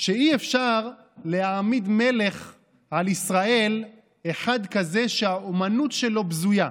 שאי-אפשר להעמיד מלך על ישראל אחד כזה שהאומנות שלו בזויה.